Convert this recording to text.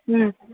ꯎꯝ